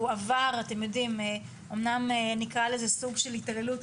עבר אמנם נקרא לזה סוג של התעללות,